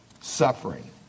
suffering